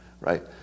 right